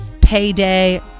Payday